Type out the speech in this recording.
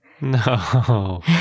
No